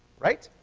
right?